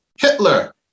Hitler